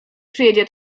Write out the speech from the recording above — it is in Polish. przyjedzie